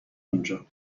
اونجا